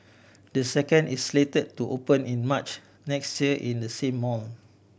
the second is slated to open in March next year in the same mall